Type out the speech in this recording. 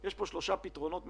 יש שלושה פתרונות מרכזיים,